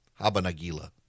Habanagila